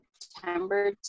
September